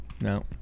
No